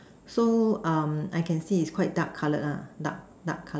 so um I can see is quite dark colored lah dark dark colored